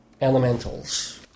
Elementals